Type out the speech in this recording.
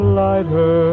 lighter